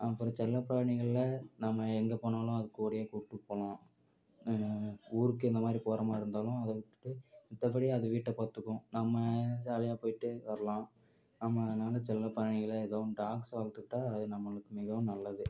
அப்புறம் செல்லப்பிராணிகள்ல நாம் எங்கே போனாலும் அதுகூடயே கூட்டு போகலாம் ஊருக்கே இந்த மாதிரி போறமாதிரி இருந்தாலும் அதைவுட்டுட்டு மத்தபடி அது வீட்டை பார்த்துக்கும் நம்ம ஜாலியாக போய்ட்டு வர்லாம் நம்ம நல்ல செல்லப்பிராணிகளை ஏதோ ஒன்று டாக்ஸாக வளர்த்துக்கிட்டா அது நம்மளுக்கு மிகவும் நல்லது